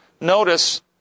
notice